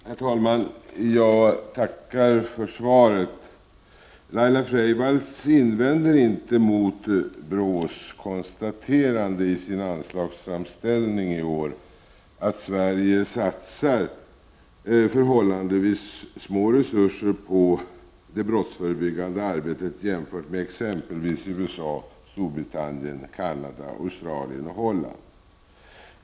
Herr talman! Jag tackar för svaret. Laila Freivalds invänder inte mot BRÅ:s konstaterande i dess anslagsframställning i år att Sverige satsar förhållandevis små resurser på det brottsförebyggande arbetet jämfört med exempelvis USA, Storbritannien, Canada, Australien och Holland.